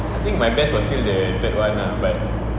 I think my best was still the third one lah but